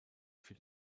für